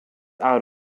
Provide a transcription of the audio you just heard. out